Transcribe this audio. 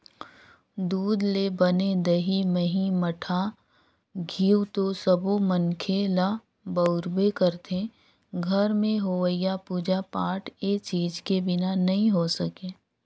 दूद ले बने दही, मही, मठा, घींव तो सब्बो मनखे ह बउरबे करथे, घर में होवईया पूजा पाठ ए चीज के बिना नइ हो सके